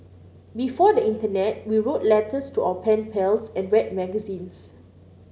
before the internet we wrote letters to our pen pals and read magazines